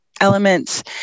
elements